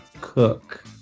cook